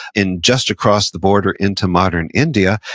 and just across the border into modern india,